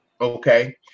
Okay